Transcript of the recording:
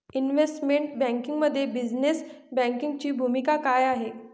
Investment बँकिंगमध्ये business बँकिंगची भूमिका काय आहे?